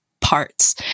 parts